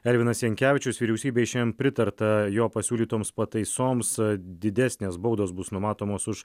elvinas jankevičius vyriausybėj šiandien pritarta jo pasiūlytoms pataisoms didesnės baudos bus numatomos už